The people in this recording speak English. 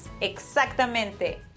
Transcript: exactamente